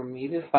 இது 5